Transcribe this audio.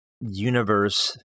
universe